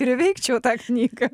ir įveikčiau tą knygą